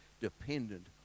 dependent